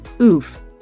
oof